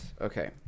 Okay